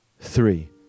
three